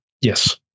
Yes